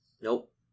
Nope